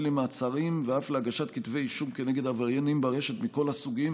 למעצרים ואף להגשת כתבי אישום כנגד עבריינים ברשת מכל הסוגים,